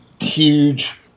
huge